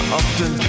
often